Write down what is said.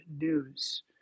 news